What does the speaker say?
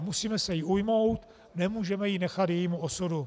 Musíme se jí ujmout, nemůžeme ji nechat jejímu osudu.